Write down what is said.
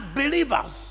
believers